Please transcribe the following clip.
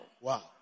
Wow